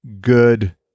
good